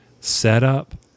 setup